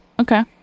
Okay